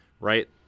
right